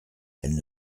elles